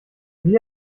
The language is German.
wie